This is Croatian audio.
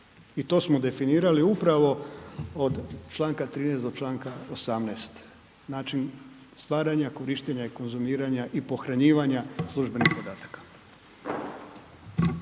I to smo definirali upravo od članka 13. do članka 18. Znači stvaranja, korištenja i konzumiranja i pohranjivanja službenih podataka.